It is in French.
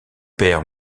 père